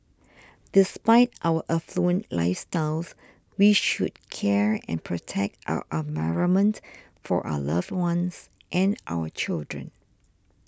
despite our affluent lifestyles we should care and protect our environment for our loved ones and our children